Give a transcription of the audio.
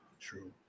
True